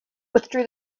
withdrew